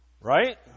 Right